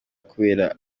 kubera